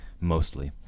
Mostly